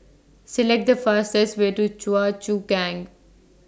Select The fastest Way to Choa Chu Kang